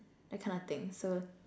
that kind of thing so